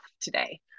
today